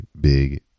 big